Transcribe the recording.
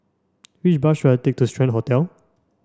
which bus should I take to Strand Hotel